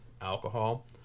alcohol